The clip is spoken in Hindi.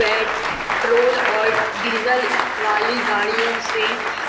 पेट्रोल और डीज़ल वाली गाड़ियों से